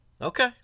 Okay